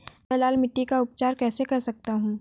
मैं लाल मिट्टी का उपचार कैसे कर सकता हूँ?